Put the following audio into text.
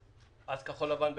אז כחול לבן והליכוד,